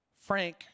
frank